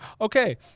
Okay